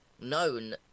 known